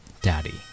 Daddy